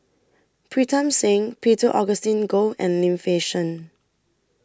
Pritam Singh Peter Augustine Goh and Lim Fei Shen